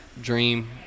dream